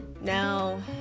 Now